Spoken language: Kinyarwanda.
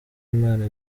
imana